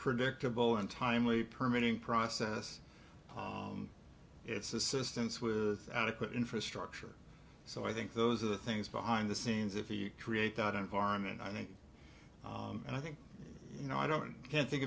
predictable and timely permitting process it's assistance with adequate infrastructure so i think those are the things behind the scenes if you create that environment i think and i think you know i don't can't think